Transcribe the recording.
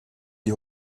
die